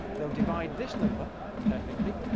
they'll divide this number perfectly,